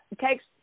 takes